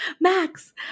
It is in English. Max